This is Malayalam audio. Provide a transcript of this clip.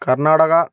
കർണ്ണാടക